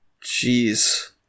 Jeez